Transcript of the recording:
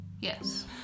Yes